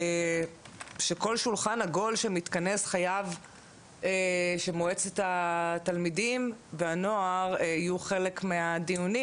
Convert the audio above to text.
שכל שולחן עגול שמתכנס חייב שמועצת התלמידים והנוער יהיו חלק מהדיונים,